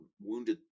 wounded